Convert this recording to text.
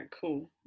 cool